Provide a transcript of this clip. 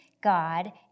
God